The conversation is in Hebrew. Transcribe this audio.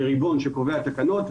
כריבון שקובע תקנות,